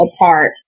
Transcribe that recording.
apart